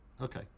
Okay